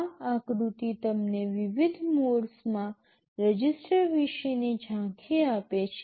આ આકૃતિ તમને વિવિધ મોડ્સમાં રજિસ્ટર વિશેની ઝાંખી આપે છે